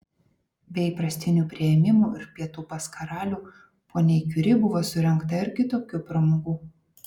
be įprastinių priėmimų ir pietų pas karalių poniai kiuri buvo surengta ir kitokių pramogų